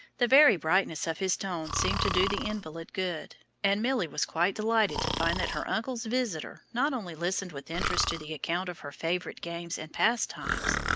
the very brightness of his tone seemed to do the invalid good, and milly was quite delighted to find that her uncle's visitor not only listened with interest to the account of her favorite games and pastimes,